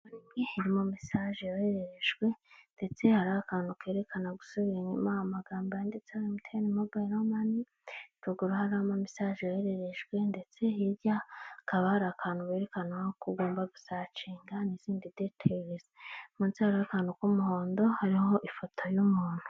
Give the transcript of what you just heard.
Telefone irimo message yohererejwe ndetse hari akantu kerekana gusubira inyuma. Amagambo yanditse emuti eni mobayiro mani kagaraharamo message yohererejwe ndetse hirya hakaba hari akantu berekanwa kogomba gusacga n'izindi ndetse. Munsi harimo akantu k'umuhondo hariho ifoto y'umuntu.